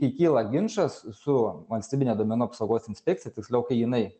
kai kyla ginčas su valstybine duomenų apsaugos inspekcija tiksliau kai jinai